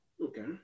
Okay